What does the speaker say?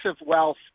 wealth